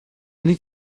need